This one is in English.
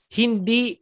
hindi